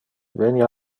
veni